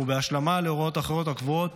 ובהשלמה להוראות אחרות הקבועות